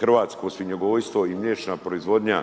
hrvatsko svinjogojstvo i mliječna proizvodnja